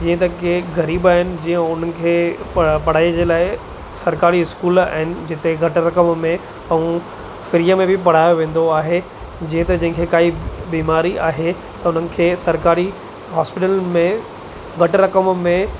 जीअं त के ग़रीब आहिनि जीअं उन्हनि खे प पढ़ाईअ जे लाइ सरकारी स्कूल आहिनि जिते घटि रक़म में ऐं फ्रीअ में बि पढ़ायो वेंदो आहे जीअं त जंहिंखे काई बीमारी आहे त उन्हनि खे सरकारी हॉस्पीटल में घटि रक़म में